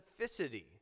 specificity